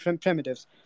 primitives